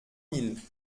miles